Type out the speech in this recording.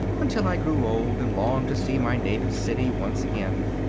until i grew old and longed to see my native city once again.